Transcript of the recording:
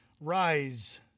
Rise